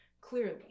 clearly